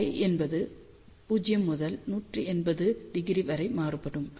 ψஎன்பது 0 முதல் 180° வரை மாறுபடும்